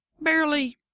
barely